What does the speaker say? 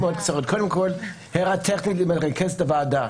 קודם כל הערה טכנית למרכזת הוועדה.